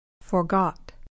Forgot